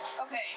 Okay